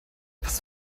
was